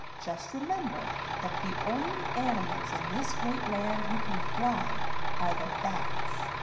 just remember that the only animals in this great land who can fly are the bats.